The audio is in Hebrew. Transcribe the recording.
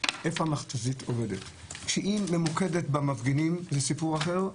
איפה המכת"זית עובדת: כשהיא ממוקדת במפגינים זה סיפור אחר,